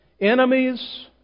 enemies